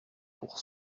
pour